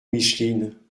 micheline